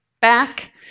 back